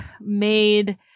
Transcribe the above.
made